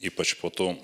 ypač po tų